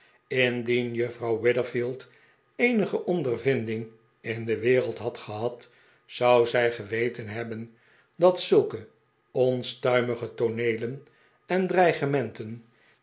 indien juffrouw witherfield eenige pndervinding in de wereld had gehad zou zij geweten hebben dat zulke onstuimige tooneelen en